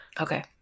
Okay